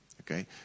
okay